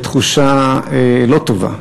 בתחושה לא טובה.